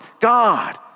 God